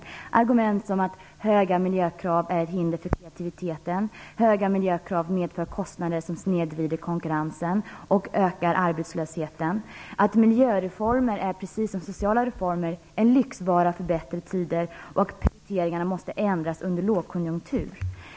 Det gäller argument som att höga miljökrav är ett hinder för kreativiteten, höga miljökrav medför kostnader som snedvrider konkurrensen och ökar arbetslösheten, miljöreformer är precis som sociala reformer en lyxvara för bättre tider och prioriteringar måste ändras under lågkonjunktur.